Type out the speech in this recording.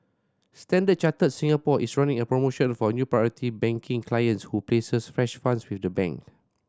Standard Chartered Singapore is running a promotion for new Priority Banking clients who places fresh funds with the bank